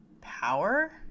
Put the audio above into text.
power